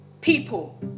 people